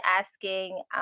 asking